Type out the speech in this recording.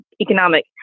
economic